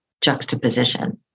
juxtaposition